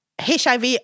HIV